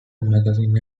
magazine